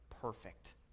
perfect